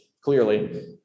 clearly